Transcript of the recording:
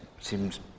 seems